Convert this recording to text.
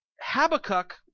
Habakkuk